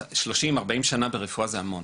30-40 שנים ברפואה זה המון.